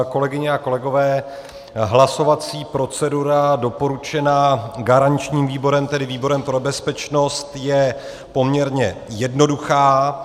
Kolegyně a kolegové, hlasovací procedura doporučená garančním výborem, tedy výborem pro bezpečnost, je poměrně jednoduchá.